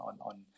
on